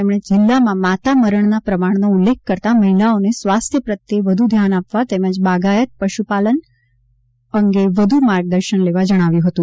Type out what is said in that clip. તેમણે જિલ્લામાં માતા મરણના પ્રમાણનો ઉલ્લેખ કરતાં મહિલાઓને સ્વાસ્થ્ય પ્રત્યે વધુ ધ્યાન આપવા તેમજ બાગાયત પશુપાલન અંગે વધુ માર્ગદર્શન લેવા જણાવ્યું હતું